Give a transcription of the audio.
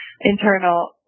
internal